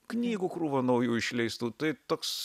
knygų krūva naujų išleistų tai toks